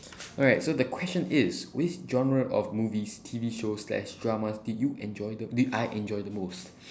alright so the question is which general of movies T_V shows extra drama show did you enjoy did you did I enjoy the most